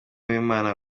uwimana